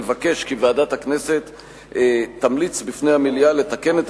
מבקש כי ועדת הכנסת תמליץ בפני המליאה לתקן את